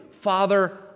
Father